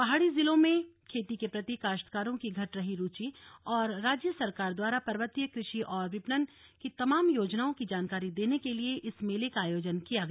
पहाड़ी जिलों में खेती के प्रति काश्तकारों की घट रही रुचि और राज्य सरकार द्वारा पर्वतीय कृषि और विपणन की तमाम योजनाओं की जानकारी देने के लिए इस मेले का आयोजन किया गया